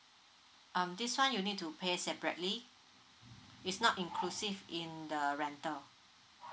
um this one you need to pay separately it's not inclusive in the rental